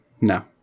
no